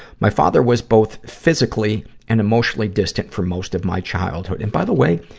my father was both physically and emotionally distant for most of my childhood and, by the way,